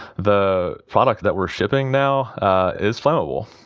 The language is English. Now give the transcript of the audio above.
the product that we're shipping now is flammable.